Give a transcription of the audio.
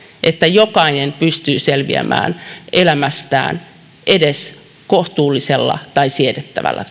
että jokainen pystyy selviämään elämästään edes kohtuullisella tai siedettävällä